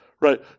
Right